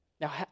Now